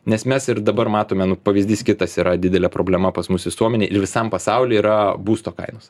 nes mes ir dabar matome nu pavyzdys kitas yra didelė problema pas mus visuomenėj ir visam pasauly yra būsto kainos